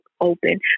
open